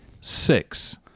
six